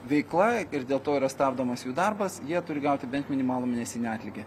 veikla ir dėl to yra stabdomas jų darbas jie turi gauti bent minimalų mėnesinį atlygį